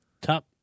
Top